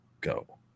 go